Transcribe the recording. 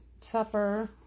supper